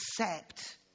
accept